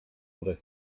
oder